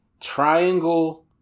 Triangle